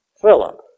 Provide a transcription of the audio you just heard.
Philip